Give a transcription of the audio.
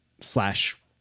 slash